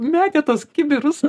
metė tuos kibirus